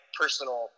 personal